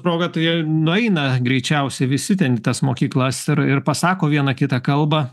proga tai nueina greičiausiai visi ten į tas mokyklas ir ir pasako vieną kitą kalbą